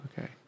Okay